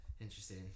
Interesting